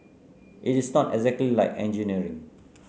it is not exactly like engineering